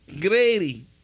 Grady